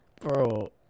Bro